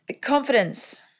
confidence